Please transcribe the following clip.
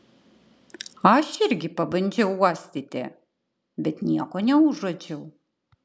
aš irgi pabandžiau uostyti bet nieko neužuodžiau